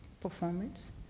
performance